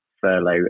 furlough